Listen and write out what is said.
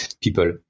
people